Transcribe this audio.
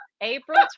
April